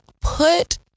put